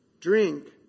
drink